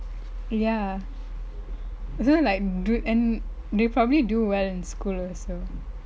ya so like dude and they probably do well in school also